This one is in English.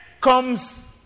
comes